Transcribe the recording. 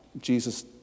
Jesus